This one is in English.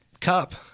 cup